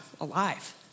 alive